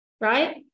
right